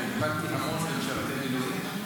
טיפלתי המון במשרתי מילואים.